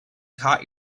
caught